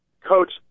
Coach